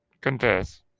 confess